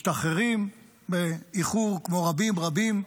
משתחררים באיחור, כמו רבים רבים,